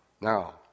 Now